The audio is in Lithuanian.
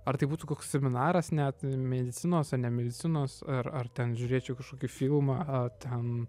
ar tai būtų koks seminaras net medicinos a ne medicinos ar ar ten žiūrėčiau kažkokį filmą ar ten